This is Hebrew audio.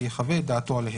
ויחווה את דעתו עליהם.